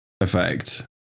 effect